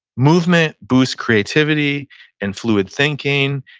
movement boosts creativity and fluid thinking.